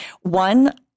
One